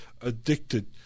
addicted